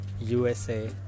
USA